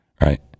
Right